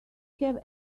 have